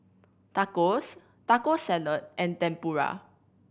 Tacos Taco Salad and Tempura